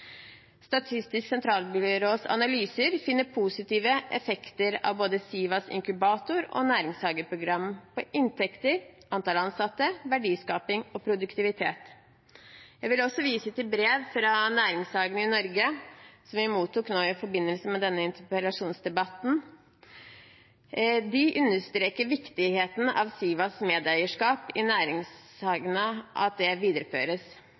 Statistisk sentralbyrås analyser finner positive effekter av Sivas inkubatorprogram og næringshageprogram på inntekter, antall ansatte, verdiskaping og produktivitet. Jeg vil også vise til brev fra Næringshagene i Norge som vi mottok nå, i forbindelse med denne interpellasjonsdebatten. De understreker viktigheten av Sivas medeierskap i næringshagene, og at det videreføres.